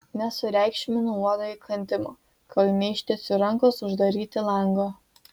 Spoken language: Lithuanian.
nesureikšminu uodo įkandimo kol neištiesiu rankos uždaryti lango